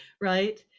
right